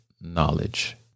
knowledge